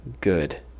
good